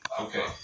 okay